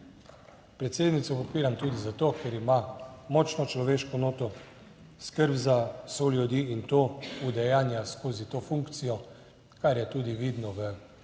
Predsednico podpiram tudi zato, ker ima močno človeško noto, skrb za soljudi in to udejanja skozi to funkcijo, kar je tudi vidno v